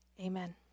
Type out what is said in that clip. Amen